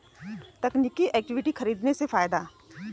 तकनीकी इक्विटी खरीदने में फ़ायदा है